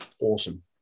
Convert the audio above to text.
Awesome